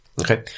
Okay